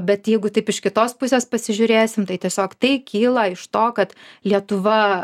bet jeigu taip iš kitos pusės pasižiūrėsim tai tiesiog tai kyla iš to kad lietuva